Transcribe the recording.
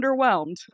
underwhelmed